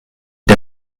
der